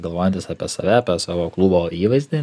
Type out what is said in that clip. galvojantis apie save apie savo klubo įvaizdį